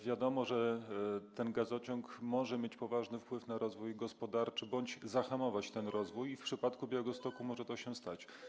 Wiadomo, że ten gazociąg może mieć poważny wpływ na rozwój gospodarczy bądź zahamować ten rozwój, i w przypadku Białegostoku może to się stać.